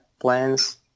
plans